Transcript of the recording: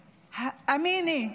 אמינה,